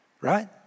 right